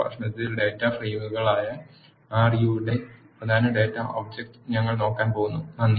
അടുത്ത പ്രഭാഷണത്തിൽ ഡാറ്റ ഫ്രെയിമുകളായ ആർ യുടെ പ്രധാന ഡാറ്റ ഒബ് ജക്റ്റ് ഞങ്ങൾ നോക്കാൻ പോകുന്നു